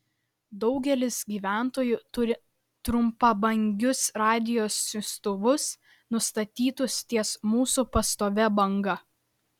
daugelis gyventojų turi trumpabangius radijo siųstuvus nustatytus ties mūsų pastovia banga